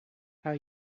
how